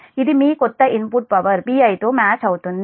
ఇది మీ కొత్త ఇన్పుట్ పవర్ Pi తో మ్యాచ్ అవుతుంది